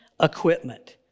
Equipment